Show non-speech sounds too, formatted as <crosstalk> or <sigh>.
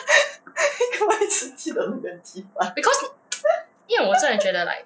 <laughs> 你干嘛生气路边鸡饭 <laughs>